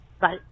Bye